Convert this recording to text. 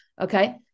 Okay